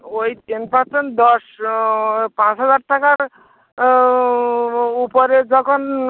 ওই ten percent দশ পাঁচ হাজার টাকার উপরে যখন